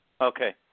Okay